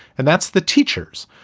and that's the teachers.